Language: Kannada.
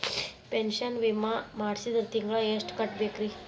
ಪೆನ್ಶನ್ ವಿಮಾ ಮಾಡ್ಸಿದ್ರ ತಿಂಗಳ ಎಷ್ಟು ಕಟ್ಬೇಕ್ರಿ?